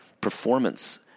performance